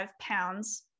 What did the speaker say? pounds